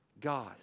God